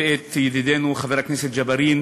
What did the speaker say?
ואת ידידנו חבר הכנסת ג'בארין